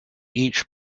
each